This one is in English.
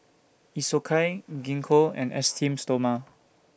Isocal Gingko and Esteem Stoma